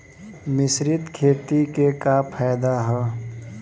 मिश्रित खेती क का फायदा ह?